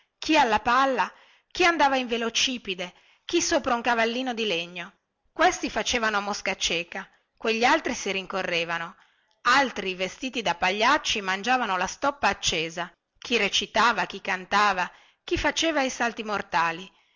chi alla palla chi andava in velocipede chi sopra a un cavallino di legno questi facevano a mosca cieca quegli altri si rincorrevano altri vestiti da pagliacci mangiavano la stoppa accesa chi recitava chi cantava chi faceva i salti mortali